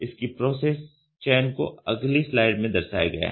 इसकी process chain को अगली स्लाइड में दर्शाया गया है